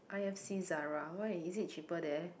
I have see Zara why is it cheaper there